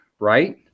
Right